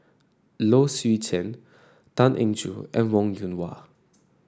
Low Swee Chen Tan Eng Joo and Wong Yoon Wah